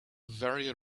very